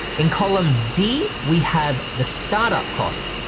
in column d we have the startup costs.